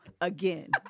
again